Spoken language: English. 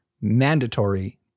mandatory